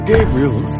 Gabriel